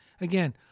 Again